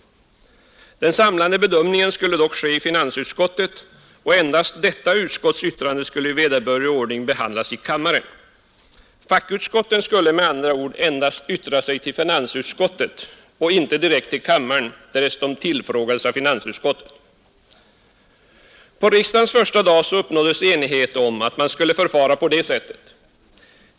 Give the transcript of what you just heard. Den samlade bedömningen skulle dock ske i finansutskottet, och endast detta utskotts yttrande skulle i vederbörlig ordning behandlas i kammaren. Fackutskotten skulle med andra ord endast yttra sig till finansutskottet och ej direkt till kammaren, därest de tillfrågades av finansutskottet. På riksdagens första dag uppnåddes enighet om att man skulle förfara på detta sätt.